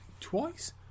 twice